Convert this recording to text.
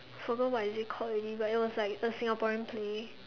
forgot what is it called already but it was like some Singaporean play